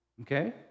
okay